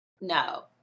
No